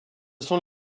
sont